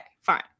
fine